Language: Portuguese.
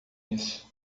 isso